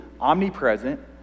omnipresent